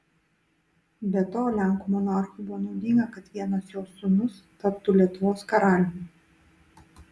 be to lenkų monarchui buvo naudinga kad vienas jo sūnus taptų lietuvos karaliumi